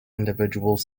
individual